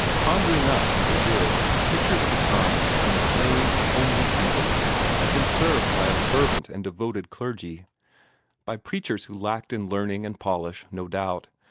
conjuring up, as it did, pictures of a time when a plain and homely people had been served by a fervent and devoted clergy by preachers who lacked in learning and polish, no doubt,